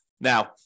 Now